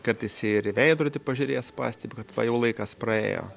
kad esi ir į veidrodį pažiūrėjęs pastebi kad va jau laikas praėjo